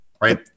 right